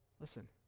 Listen